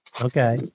Okay